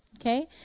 okay